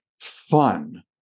fun